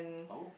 oh